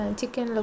chicken